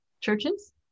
churches